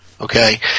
Okay